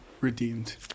redeemed